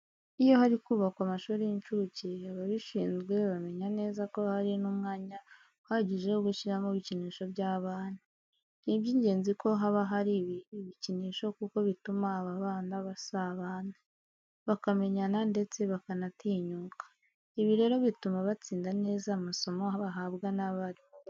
Iyo hari kubakwa amashuri y'incuke ababishinzwe bamenya neza ko hari n'umwanya uhagije wo gushyiramo ibikinisho by'abana. Ni iby'ingenzi ko haba hari ibi bikinisho kuko bituma aba bana basabana, bakamenyana ndetse bakanatinyuka. Ibi rero bituma batsinda neza amasomo bahabwa n'abarimu babo.